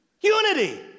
unity